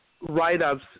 write-ups